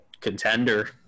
contender